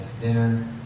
dinner